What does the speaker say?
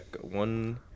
one